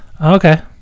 okay